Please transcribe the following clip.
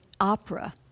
opera